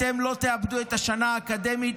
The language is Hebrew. אתם לא תאבדו את השנה האקדמית.